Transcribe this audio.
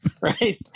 right